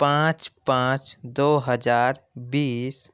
پانچ پانچ دو ہزار بیس